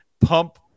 pump